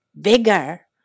bigger